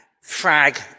frag